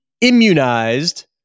immunized